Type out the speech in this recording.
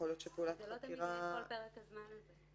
-- זה לא תמיד כל פרק הזמן הזה.